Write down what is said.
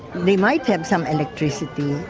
we might have some electricity.